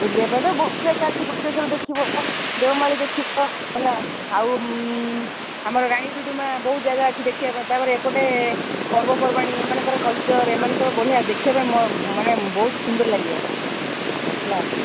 ବୁଲିବା ପାଇଁ ତ ବହୁତ ଜାଗା ଅଛି ଗୁପ୍ତେଶ୍ୱର ଦେଖିବ ଦେଓମାଳୀ ଦେଖିବ ହେଲା ଆଉ ଆମର ରାଣୀ ଡୁଡ଼ୁମା ବହୁତ ଜାଗା ଅଛି ଦେଖିବା ପାଇଁ ତା'ପରେ ଏପଟେ ପର୍ବପର୍ବାଣି ଏମାନଙ୍କର କଲଚର୍ ଏମାନଙ୍କର ବଢ଼ିଆ ଦେଖିବା ପାଇଁ ମାନେ ବହୁତ ସୁନ୍ଦର ଲାଗିବ ହେଲା